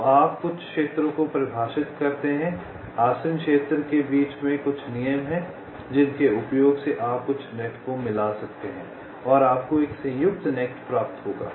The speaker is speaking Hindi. तो आप कुछ क्षेत्रों को परिभाषित करते हैं आसन्न क्षेत्र के बीच में कुछ नियम हैं जिनके उपयोग से आप कुछ नेट को मिला सकते हैं और आपको एक संयुक्त नेट प्राप्त होगा